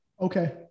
Okay